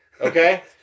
Okay